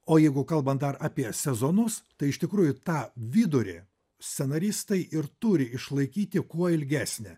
o jeigu kalbant dar apie sezonus tai iš tikrųjų tą vidurį scenaristai ir turi išlaikyti kuo ilgesnę